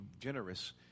generous